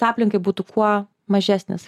aplinkai būtų kuo mažesnis